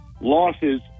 losses